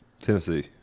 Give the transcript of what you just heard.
Tennessee